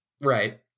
Right